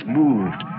moved